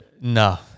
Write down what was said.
No